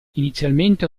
inizialmente